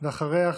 ואחריה,